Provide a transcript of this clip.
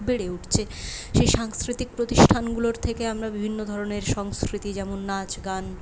বেড়ে উঠছে সেই সাংস্কৃতিক প্রতিষ্ঠানগুলোর থেকে আমরা বিভিন্ন ধরনের সংস্কৃতি যেমন নাচ গান